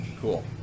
cool